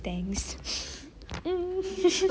thanks